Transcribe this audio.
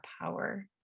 power